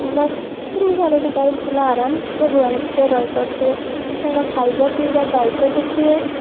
ଦଶ ତିନି ଚାରୋଟି ଗାଈ ଭଲ ଆରାମସେ ସେ ଗୁହାଳ ଭିତରେ ରହିପାରୁଥିବେ ତାଙ୍କ ଖାଇବା ପିଇବା ଦାୟିତ୍ୱ ଦେଖିବେ